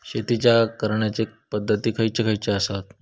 शेतीच्या करण्याचे पध्दती खैचे खैचे आसत?